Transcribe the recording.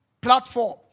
platform